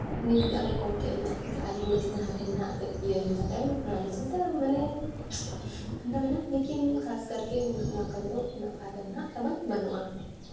ᱩᱱᱤ ᱡᱩᱫᱤ ᱟᱢᱮ ᱠᱚᱢ ᱠᱮᱫ ᱢᱮᱭᱟ ᱡᱩᱫᱤ ᱟᱡ ᱦᱚᱸ ᱢᱤᱫᱴᱮᱱ ᱡᱟᱦᱟᱸᱭ ᱴᱷᱮᱱ ᱦᱟᱸᱜ ᱠᱟᱹᱡ ᱤᱭᱟᱹᱭᱮᱱᱟ ᱚᱱᱟ ᱞᱮᱠᱟᱛᱮ ᱢᱟᱱᱮ ᱞᱮᱠᱤᱱ ᱠᱷᱟᱥ ᱠᱟᱨᱜᱮ ᱚᱱᱟ ᱠᱚᱨᱮᱫᱚ ᱩᱱᱟᱹᱜ ᱯᱷᱟᱭᱫᱟ ᱫᱚ ᱦᱟᱸᱜ ᱛᱟᱵᱚᱱ ᱵᱟᱹᱱᱩᱜᱼᱟ